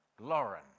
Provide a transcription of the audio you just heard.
Lauren